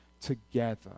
together